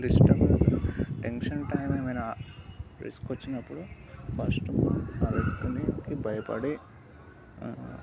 క్లిష్టమైన సరే tension time ఏమైనా రిస్క్ వచ్చినప్పుడు ఫస్ట్ మనం ఆ రిస్క్ని భయపడి